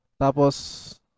Tapos